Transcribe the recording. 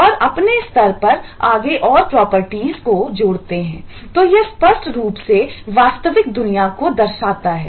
तो यह स्पष्ट रूप से वास्तविक दुनिया को दर्शाता है